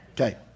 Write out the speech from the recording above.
Okay